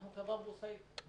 אנחנו חברה בורסאית.